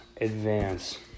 advance